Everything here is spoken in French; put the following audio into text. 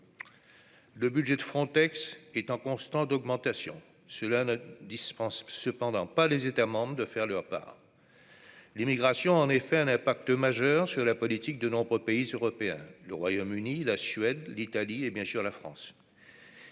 le budget de Frontex est en constante augmentation, cela ne dispense cependant pas les États membres de faire leur part l'immigration en effet un impact majeur sur la politique de nombreux pays européens : le Royaume-Uni, la Suède, l'Italie et bien sûr la France